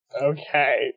Okay